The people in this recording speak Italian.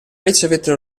ricevettero